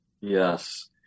Yes